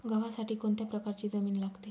गव्हासाठी कोणत्या प्रकारची जमीन लागते?